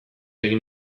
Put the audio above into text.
egin